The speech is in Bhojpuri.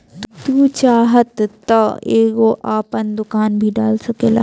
तू चाहत तअ एगो आपन दुकान भी डाल सकेला